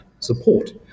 support